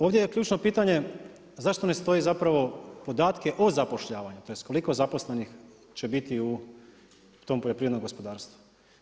Ovdje je ključno pitanje zašto ne stoji zapravo podatke o zapošljavanju, tj. koliko zaposlenih će biti u tom poljoprivrednom gospodarstvu.